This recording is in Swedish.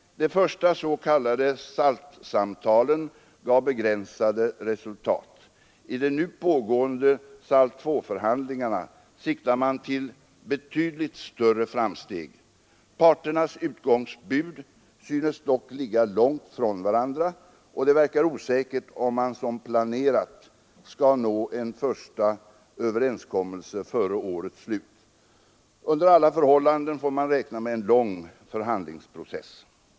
De första s.k. SALT-samtalen gav begränsade resultat. I de nu pågående SALT II-förhandlingarna siktar man till betydligt större framsteg. Parternas utgångsbud synes dock ligga långt från varandra, och det verkar osäkert om man som planerat skall nå en första överenskommelse före årets slut. Under alla förhållanden får man räkna med en lång förhandlingsprocess.